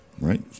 right